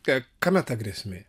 ka kame ta grėsmė